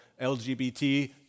LGBT